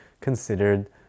considered